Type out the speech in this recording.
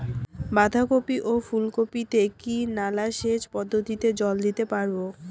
বাধা কপি ও ফুল কপি তে কি নালা সেচ পদ্ধতিতে জল দিতে পারবো?